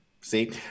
See